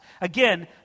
Again